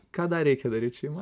ką dar reikia daryt šeimoj